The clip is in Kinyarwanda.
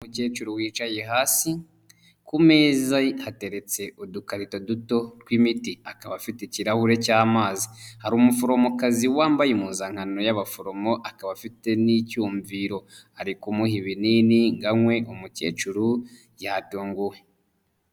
Umukecuru wicaye hasi ku meza hateretse udukarito duto tw'imiti, akaba afite ikirahure cy'amazi. Hari umuforomokazi wambaye impuzankano y'abaforomo akaba afite n'icyumviro, ari kumuha ibinini ngo anywe umukecuru yatunguwe.